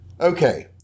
Okay